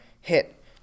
hit